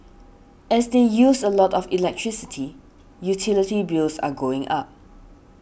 as they use a lot of electricity utility bills are going up